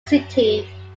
city